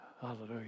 Hallelujah